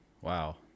Wow